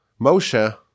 Moshe